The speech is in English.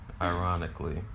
ironically